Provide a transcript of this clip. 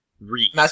read